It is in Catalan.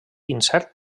incert